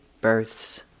births